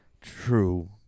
True